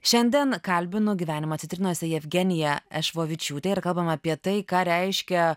šiandien kalbinu gyvenimą citrinose jevgeniją ešvovičiūtę ir kalbam apie tai ką reiškia